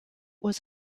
was